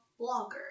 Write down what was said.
blogger